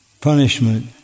punishment